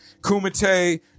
Kumite